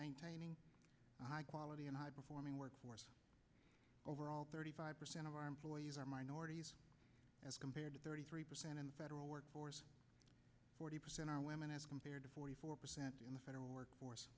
maintaining a high quality and high performing workforce overall thirty five percent of our employees are minorities as compared to thirty three percent of the federal workforce forty percent are women as compared to forty four percent in the federal workforce